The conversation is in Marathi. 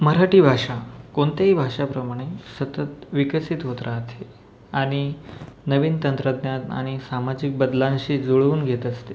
मराठी भाषा कोणतेही भाषेप्रमाणे सतत विकसित होत राहते आणि नवीन तंत्रज्ञान आणि सामाजिक बदलांशी जुळवून घेत असते